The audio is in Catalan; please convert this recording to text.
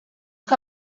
que